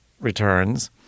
returns